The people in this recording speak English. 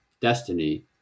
destiny